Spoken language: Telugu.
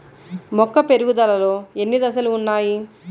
మొక్క పెరుగుదలలో ఎన్ని దశలు వున్నాయి?